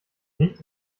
nicht